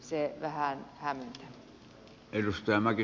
se vähän hämmentää